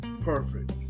perfect